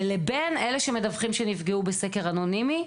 לבין אלה שמדווחים שנפגעו באמצעות סקר אנונימי.